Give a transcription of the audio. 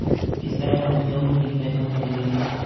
किस तरह हम उपजाऊ मिट्टी की पहचान करेंगे?